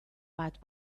bat